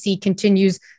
continues